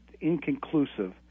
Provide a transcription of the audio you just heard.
inconclusive